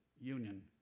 Union